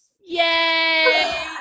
Yay